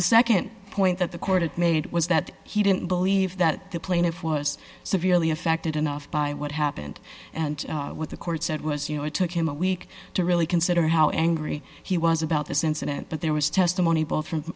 the nd point that the court made was that he didn't believe that the plaintiff was severely affected enough by what happened and with the court said was you know it took him a week to really consider how angry he was about this incident but there was testimony both from